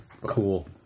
Cool